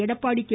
Edappadi K